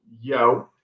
Yo